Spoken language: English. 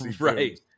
right